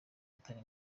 atari